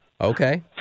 Okay